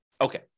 Okay